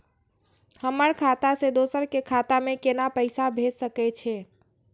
हमर खाता से दोसर के खाता में केना पैसा भेज सके छे?